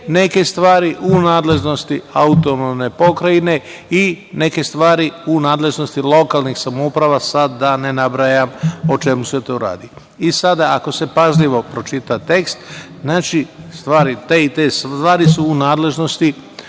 neke stvari u nadležnosti autonomne pokrajine i neke stvari u nadležnosti lokalnih samouprava i sada da ne nabrajam o čemu se tu radi. Ako se pažljivo pročita tekst, znači, te i te stvari su u nadležnosti